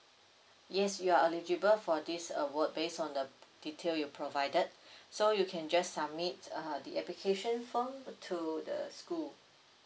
yes you are eligible for this award based on the detail you provided so you can just submit uh the application form to the school